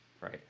right